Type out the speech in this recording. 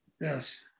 Yes